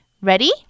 Ready